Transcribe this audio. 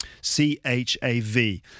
C-H-A-V